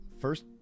first